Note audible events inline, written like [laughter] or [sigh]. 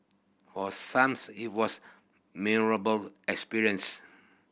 for some [unintelligible] it was memorable experience